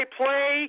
play